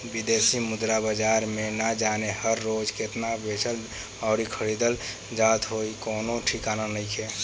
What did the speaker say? बिदेशी मुद्रा बाजार में ना जाने हर रोज़ केतना बेचल अउरी खरीदल जात होइ कवनो ठिकाना नइखे